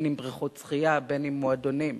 אם בריכות שחייה ואם מועדונים.